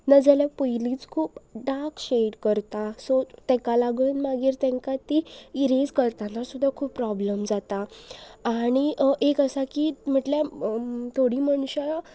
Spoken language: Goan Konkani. नाजाल्या पयलींच खूब डार्क शेड करता सो ताका लागून मागीर तांकां ती इरेज करतना सुद्दा खूब प्रोब्लम जाता आनी एक आसा की म्हटल्यार थोडी मनशां